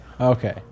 Okay